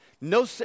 no